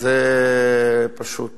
זה פשוט